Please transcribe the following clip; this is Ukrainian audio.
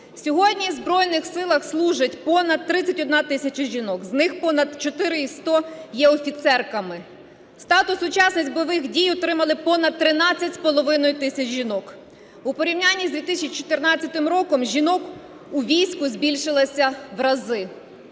Сьогодні в Збройних Силах служить понад 31 тисяча жінок, з них понад 4100 є офіцерками. Статус учасниць бойових дій отримали понад 13,5 тисяч жінок. У порівнянні з 2014 роком жінок у війську збільшилося врази.